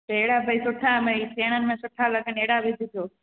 सेणनि भई सुठा भई सेणनि में सुठा लॻनि अहिड़ा विझजो